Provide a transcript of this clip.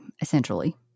essentially